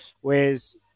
whereas